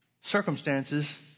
circumstances